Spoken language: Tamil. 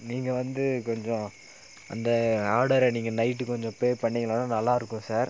நீங்கள் வந்து கொஞ்சம் அந்த ஆர்டரை நீங்கள் நைட்டு கொஞ்சம் பே பண்ணிங்களானால் நல்லா இருக்கும் சார்